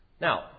Now